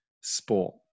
sport